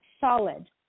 solid